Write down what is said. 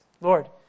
Lord